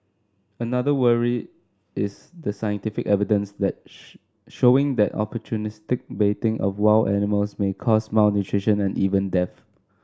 another worry is the scientific evidence let showing that opportunistic baiting of wild animals may cause malnutrition and even death